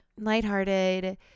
Lighthearted